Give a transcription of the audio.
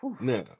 now